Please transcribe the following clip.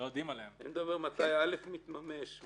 אני שואל מתי (א) מתממש.